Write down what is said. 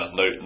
no